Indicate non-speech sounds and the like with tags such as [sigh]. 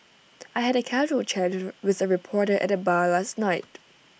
I had A casual chat [unintelligible] with A reporter at the bar last night